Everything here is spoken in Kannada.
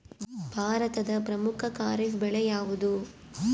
ಭಾರತದ ಪ್ರಮುಖ ಖಾರೇಫ್ ಬೆಳೆ ಯಾವುದು?